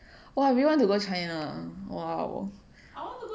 !wah! I really want to go china !wow!